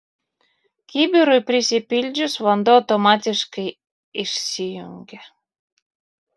kibirui prisipildžius vanduo automatiškai išsijungia